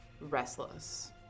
restless